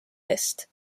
eest